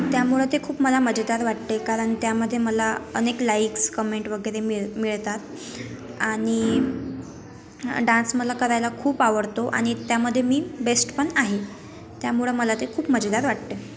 त्यामुळं ते खूप मला मजेदार वाटते कारण त्यामध्ये मला अनेक लाईक्स कमेन्ट वगैरे मिळ मिळतात आणि डान्स मला करायला खूप आवडतो आणि त्यामध्ये मी बेस्ट पण आहे त्यामुळं मला ते खूप मजेदार वाटतं